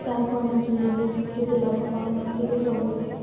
ତାହାକୁ ଆମେ କିଣିଲେ କେତେ ଲାଭ ପାଉ କେତେ ସବୁ